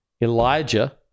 Elijah